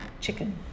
chicken